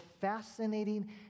fascinating